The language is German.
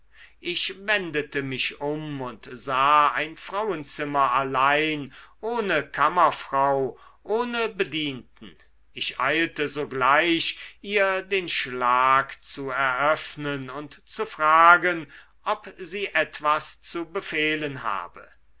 ich wendete mich um und sah ein frauenzimmer allein ohne kammerfrau ohne bedienten ich eilte sogleich ihr den schlag zu eröffnen und zu fragen ob sie etwas zu befehlen habe